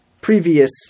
previous